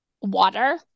water